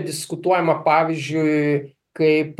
diskutuojama pavyzdžiui kaip